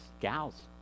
gals